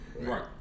right